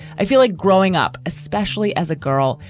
i feel like growing up, especially as a girl,